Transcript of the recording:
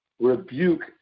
rebuke